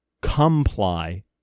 comply